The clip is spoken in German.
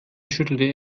schüttelte